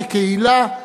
כקהילה,